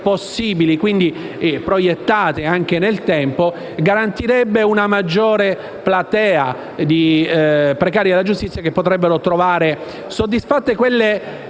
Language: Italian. quindi, proiettate anche nel tempo - garantirebbe una maggior platea di precari della giustizia, i quali potrebbero vedere soddisfatte le